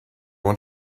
want